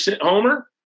Homer